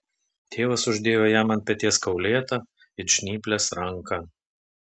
tėvas uždėjo jam ant peties kaulėtą it žnyplės ranką